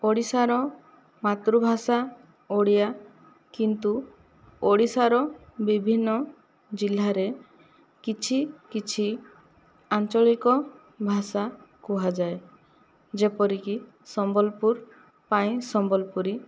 ଓଡ଼ିଶାର ମାତୃଭାଷା ଓଡ଼ିଆ କିନ୍ତୁ ଓଡ଼ିଶାର ବିଭିନ୍ନ ଜିଲ୍ଲାରେ କିଛି କିଛି ଆଞ୍ଚଳିକ ଭାଷା କୁହାଯାଏ ଯେପରିକି ସମ୍ବଲପୁର ପାଇଁ ସମ୍ବଲପୁରୀ